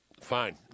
Fine